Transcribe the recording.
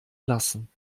lassen